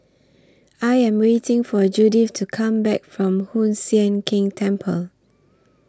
I Am waiting For Judith to Come Back from Hoon Sian Keng Temple